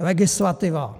Legislativa